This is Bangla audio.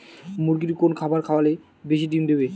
মুরগির কোন খাবার খাওয়ালে বেশি ডিম দেবে?